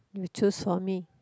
you choose for me